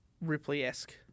Ripley-esque